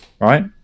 Right